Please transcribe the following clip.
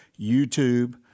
YouTube